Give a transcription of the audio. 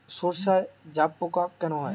সর্ষায় জাবপোকা কেন হয়?